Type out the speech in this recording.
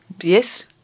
yes